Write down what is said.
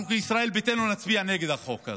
אנחנו כישראל ביתנו נצביע נגד החוק הזה.